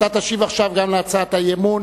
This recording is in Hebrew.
אתה תשיב עכשיו גם להצעת האי-אמון